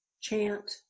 chant